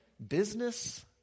Business